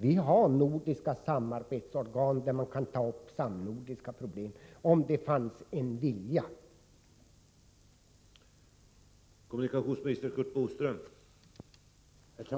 Vi har ju nordiska samarbetsorgan, där samnordiska problem kan tas upp — om det bara finns en vilja att